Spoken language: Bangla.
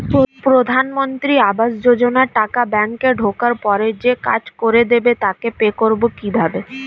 প্রধানমন্ত্রী আবাস যোজনার টাকা ব্যাংকে ঢোকার পরে যে কাজ করে দেবে তাকে পে করব কিভাবে?